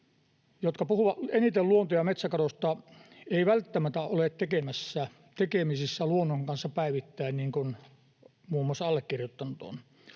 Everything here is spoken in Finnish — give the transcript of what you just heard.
jotka puhuvat eniten luonto- ja metsäkadosta, eivät välttämättä ole tekemisissä luonnon kanssa päivittäin, niin kuin muun muassa allekirjoittanut on.